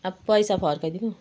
अब पैसा फर्काइदिनु